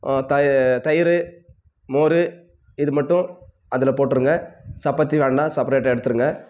த தயிர் மோர் இதுமட்டும் அதில் போட்டிருங்க சப்பாத்தி வேண்டாம் செப்பரேட்டாக எடுத்துடுங்க